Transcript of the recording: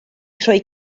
rhoi